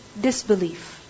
disbelief